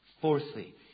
Fourthly